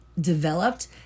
developed